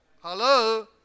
Hello